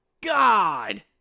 God